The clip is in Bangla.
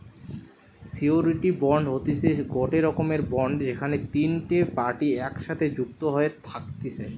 সিওরীটি বন্ড হতিছে গটে রকমের বন্ড যেখানে তিনটে পার্টি একসাথে যুক্ত হয়ে থাকতিছে